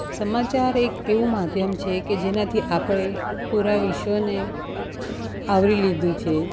સમાચાર એક એવું માધ્યમ છે કે જેનાથી આપણે પૂરા વિશ્વને આવરી લીધું છે